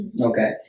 Okay